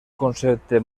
concepte